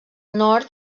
nord